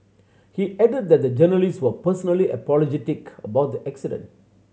he added that the journalist were personally apologetic about the accident